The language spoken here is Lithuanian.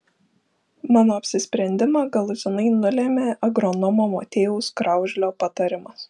mano apsisprendimą galutinai nulėmė agronomo motiejaus kraužlio patarimas